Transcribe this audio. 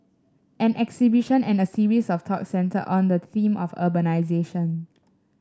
an exhibition and a series of talks centred on the theme of urbanisation